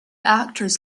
actors